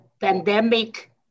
pandemic